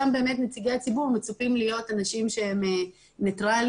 שם באמת נציגי הציבור מצופים להיות אנשים שהם ניטרליים,